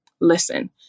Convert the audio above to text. listen